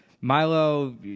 Milo